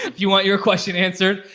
you want your question answered,